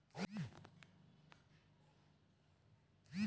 जवारीवरचा मर रोग कोनच्या किड्यापायी होते?